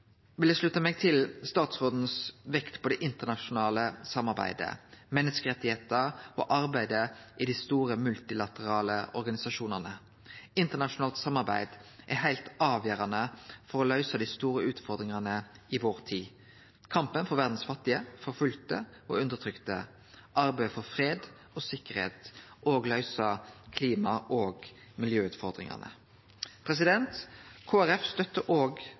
vil eg slutte meg til utanriksministerens vektlegging av det internasjonale samarbeidet, menneskerettane og arbeidet i dei store multilaterale organisasjonane. Internasjonalt samarbeid er heilt avgjerande for å løyse dei store utfordringane i vår tid: kampen for dei fattige, forfølgde og undertrykte i verda, arbeidet for fred og sikkerheit og å løyse klima- og miljøutfordringane. Kristeleg Folkeparti støttar